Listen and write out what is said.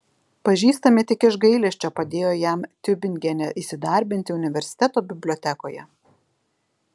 pažįstami tik iš gailesčio padėjo jam tiubingene įsidarbinti universiteto bibliotekoje